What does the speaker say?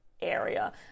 area